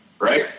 right